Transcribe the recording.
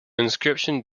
inscription